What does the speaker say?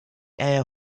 air